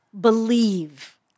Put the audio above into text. believe